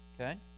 Okay